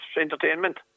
entertainment